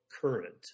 current